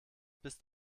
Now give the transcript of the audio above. bist